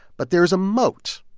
but there is a moat.